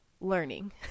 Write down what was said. learning